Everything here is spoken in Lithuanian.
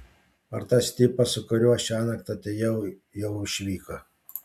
ar tas tipas su kuriuo šiąnakt atėjau jau išvyko